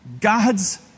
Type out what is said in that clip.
God's